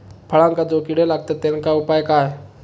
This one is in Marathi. फळांका जो किडे लागतत तेनका उपाय काय?